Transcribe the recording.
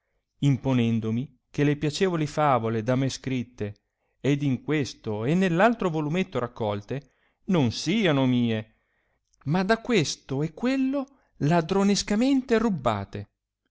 imponendomi che le piacevoli favole da me scritte ed in questo e nell'altro volumetto raccolte non siano mie ma da questo e quello ladronescamente rubbate